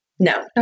No